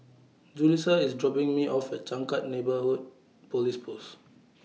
Julisa IS dropping Me off At Changkat Neighbourhood Police Post